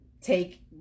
take